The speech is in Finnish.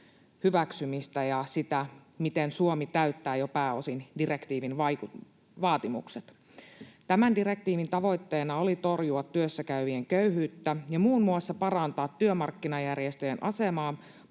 hyväksymistä ja sitä, miten Suomi täyttää jo pääosin direktiivin vaatimukset. Tämän direktiivin tavoitteena oli torjua työssäkäyvien köyhyyttä ja muun muassa parantaa työmarkkinajärjestöjen asemaa